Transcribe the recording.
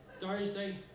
Thursday